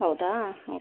ಹೌದಾ ಹ್ಞೂ